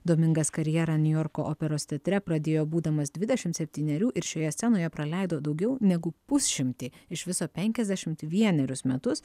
domingas karjerą niujorko operos teatre pradėjo būdamas dvidešimt septynerių ir šioje scenoje praleido daugiau negu pusšimtį iš viso penkiasdešimt vienerius metus